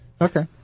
Okay